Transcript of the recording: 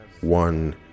one